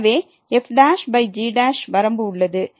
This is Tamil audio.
எனவே fg வரம்பு உள்ளது